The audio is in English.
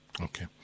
Okay